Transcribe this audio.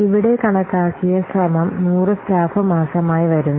ഇവിടെ കണക്കാക്കിയ ശ്രമം 100 സ്റ്റാഫ് മാസമായി വരുന്നു